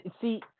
see